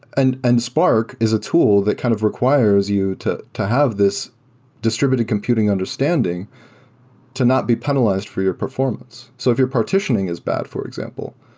and and spark is a tool that kind of requires you to to have this distributed computing understanding to not be penalized for your performance. so if your partitioning is bad, for example,